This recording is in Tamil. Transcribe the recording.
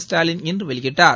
ஸ்டாவின் இன்று வெளியிட்டார்